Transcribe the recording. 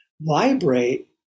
vibrate